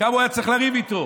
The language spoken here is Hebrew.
כמה הוא היה צריך לריב איתו,